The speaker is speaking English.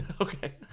okay